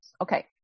Okay